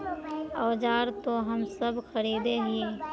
औजार तो हम सब खरीदे हीये?